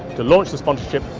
to launch the sponsorship,